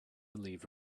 leave